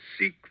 seek